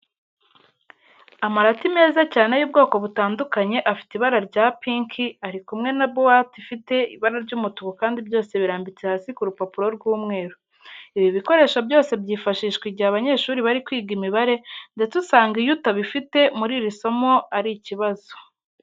Amarati meza cyane y'ubwoko butandukanye afite ibara rya pinki ari kumwe na buwate ifite ibara ry'umutuku kandi byose birambitse hasi ku rupapuro rw'umweru. Ibi bikoresho byose byifashishwa igihe abanyeshuri bari kwiga imibare ndetse usanga iyo utabifite muri iri somo ari ikibazo.